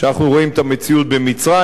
כשאנחנו רואים את המציאות במצרים,